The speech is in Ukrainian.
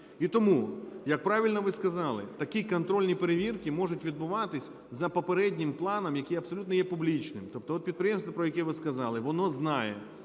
І тому, як правильно ви сказали, такі контрольні перевірки можуть відбуватись за попереднім планом, який абсолютно є публічним. Тобто от підприємство, про яке ви сказали, воно знає,